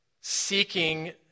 seeking